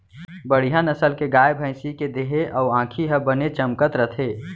बड़िहा नसल के गाय, भँइसी के देहे अउ आँखी ह बने चमकत रथे